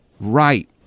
right